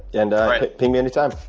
and ping me anytime.